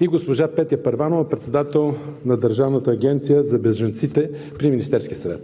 и госпожа Петя Първанова – председател на Държавната агенция за бежанците при Министерския съвет.